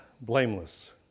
blameless